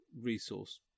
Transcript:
resource